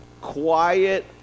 Quiet